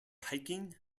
hiking